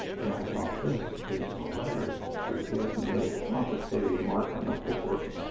and i thought, this is hilarious, because he hasn't made a quantitative mark on the board.